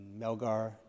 Melgar